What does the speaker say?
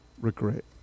regret